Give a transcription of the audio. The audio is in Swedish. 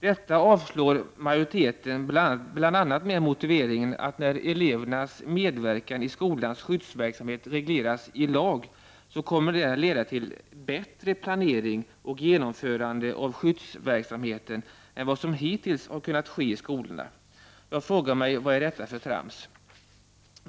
Detta avstyrker utskottsmajoriteten bl.a. med motiveringen att när elevernas medverkan i skolans skyddsverksamhet regleras i lag, kommer det att leda till bättre planering och genomförande av skyddsverksamheten än vad som hittills har kunnat ske i skolorna. Jag frågar mig vad detta är för trams.